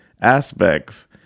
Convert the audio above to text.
aspects